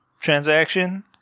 transaction